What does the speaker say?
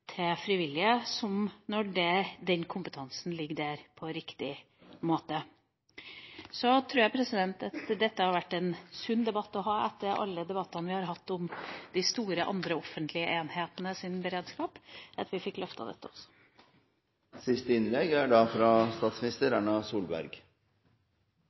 til frivillige når kompetansen ligger der på riktig måte. Jeg tror at dette har vært en sunn debatt å ha, etter alle debattene vi har hatt om de andre, store offentlige enhetenes beredskap – sunt at vi fikk løftet dette også.